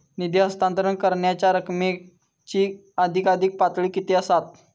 निधी हस्तांतरण करण्यांच्या रकमेची अधिकाधिक पातळी किती असात?